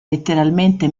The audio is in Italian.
letteralmente